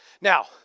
Now